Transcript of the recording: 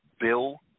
Bill